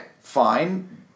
fine